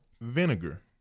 vinegar